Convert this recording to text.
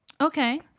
Okay